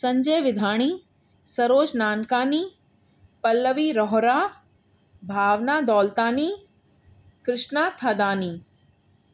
Sanjay Vidhani Saroj Nankani Pallavi Rohra Bhavna Daulatani Krishna Thadani